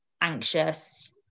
anxious